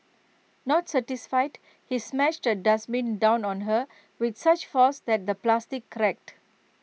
not satisfied he smashed A dustbin down on her with such force that the plastic cracked